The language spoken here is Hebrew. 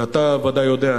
ואתה ודאי יודע,